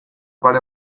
pare